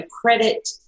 credit